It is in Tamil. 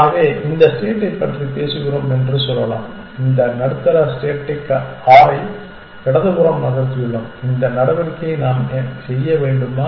ஆகவே இந்த ஸ்டேட்டைப் பற்றி பேசுகிறோம் என்று சொல்லலாம் இந்த நடுத்தர ஸ்டேடிக் 6 ஐ இடது புறம் நகர்த்தியுள்ளோம் இந்த நடவடிக்கை நாம் செய்ய வேண்டுமா